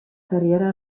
carriera